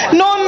no